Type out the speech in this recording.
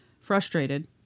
Frustrated